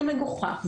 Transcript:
זה מגוחך.